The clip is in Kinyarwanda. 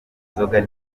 kwirinda